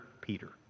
Peter